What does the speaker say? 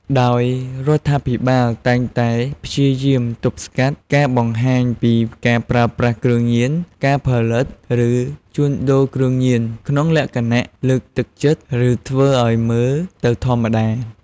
ដោយរដ្ឋាភិបាលតែងតែព្យាយាមទប់ស្កាត់ការបង្ហាញពីការប្រើប្រាស់គ្រឿងញៀន ការផលិត ឬជួញដូរគ្រឿងញៀនក្នុងលក្ខណៈលើកទឹកចិត្ត ឬធ្វើឲ្យមើលទៅធម្មតា។